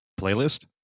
Playlist